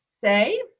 say